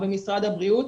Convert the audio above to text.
או במשרד הבריאות,